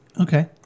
Okay